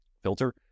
filter